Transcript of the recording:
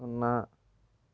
సున్నా